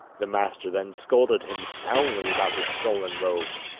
the master then scolded him soundly about the stolen robe,